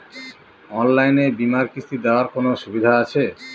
অনলাইনে বীমার কিস্তি দেওয়ার কোন সুবিধে আছে?